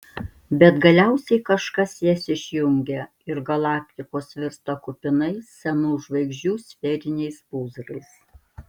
bet galiausiai kažkas jas išjungia ir galaktikos virsta kupinais senų žvaigždžių sferiniais pūzrais